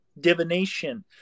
divination